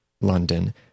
London